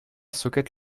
socket